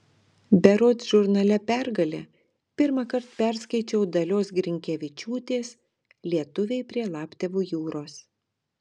berods žurnale pergalė pirmąkart perskaičiau dalios grinkevičiūtės lietuviai prie laptevų jūros